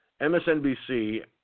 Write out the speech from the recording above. MSNBC